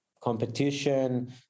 competition